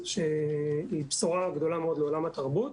שהיא בשורה גדולה מאוד לעולם התרבות.